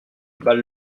bal